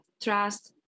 trust